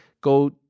go